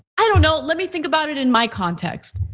i don't know, let me think about it in my context.